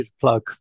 plug